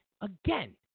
again